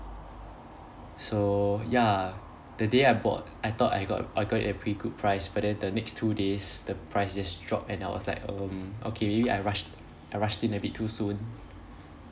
so ya the day I bought I thought I got I got a pretty good price but then the next two days the price just dropped and I was like um okay maybe I rushed I rushed in a bit too soon